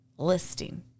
listing